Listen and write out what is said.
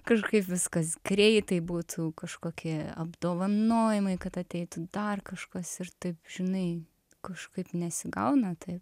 kažkaip viskas greitai būtų kažkokie apdovanojimai kad ateitų dar kažkas ir taip žinai kažkaip nesigauna tai